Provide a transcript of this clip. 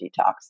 detox